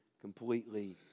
completely